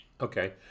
Okay